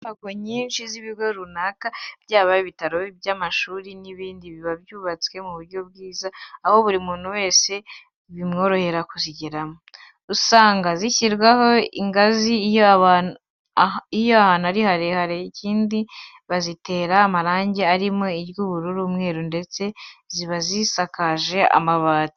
Inyubako nyinshi z'ibigo runaka yaba iby'ibitaro, iby'amashuri n'ibindi biba byubatswe mu buryo bwiza, aho buri muntu wese bimworohera kuzigeramo. Usanga zishyirwaho ingazi iyo hari ahantu harehare, ikindi kandi bazitera amarange arimo iry'ubururu, umweru ndetse ziba zisakaje amabati.